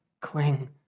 Cling